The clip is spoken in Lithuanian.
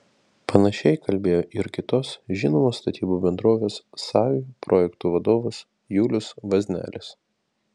panašiai kalbėjo ir kitos žinomos statybų bendrovės savy projektų vadovas julius vaznelis